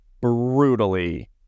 brutally